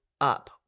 up